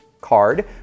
card